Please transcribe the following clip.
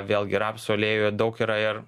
vėlgi rapsų aliejuje daug yra ir